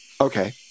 Okay